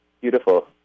beautiful